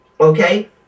okay